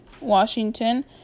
washington